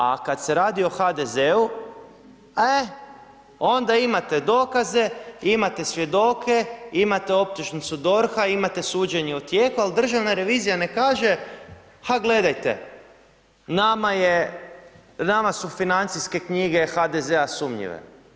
A kada se radi o HDZ-u, e onda imate dokaze, imate svjedoke, imate optužnicu DOHR-a, imate suđenje u tijeku, ali državna revizija ne kaže – a gledajte, nama su financijske knjige HDZ-a sumnjive.